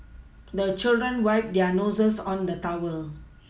the children wipe their noses on the towel